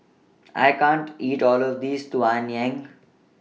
I can't eat All of This Tang Yuen